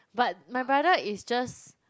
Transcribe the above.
but my brother is just